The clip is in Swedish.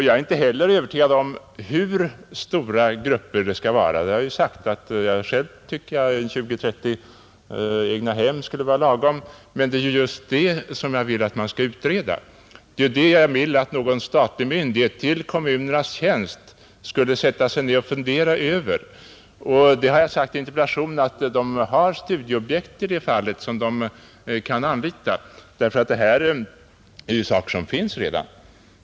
Jag är inte heller övertygad om hur stora bebyggelsegrupper det skall röra sig om, Jag har anfört att jag själv tycker att 20—30 egnahem skulle vara lagom, men det är just den frågan jag vill att någon statlig myndighet — till kommunernas tjänst — skulle sätta sig ned och fundera över. I interpellationen har jag påpekat att det finns studieobjekt som kan användas för det ändamålet; det existerar redan bebyggelsegrupper av det här slaget.